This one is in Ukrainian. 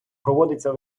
проводиться